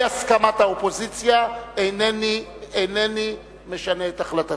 הסכמת האופוזיציה אינני משנה את החלטתי.